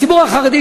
הציבור החרדי,